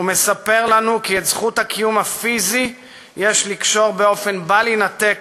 ומספר לנו כי את זכות הקיום הפיזי יש לקשור באופן בל יינתק